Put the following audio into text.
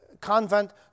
convent